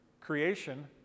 creation